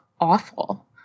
awful